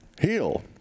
Heal